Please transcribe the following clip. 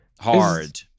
hard